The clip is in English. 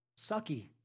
sucky